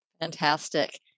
Fantastic